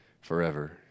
forever